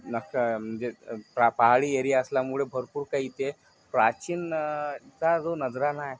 नख म्हणजे पहा पहाडी एरिया असल्यामुळं भरपूर काही इथे प्राचीन चा जो नजराणा आहे